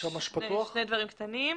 דברים קטנים.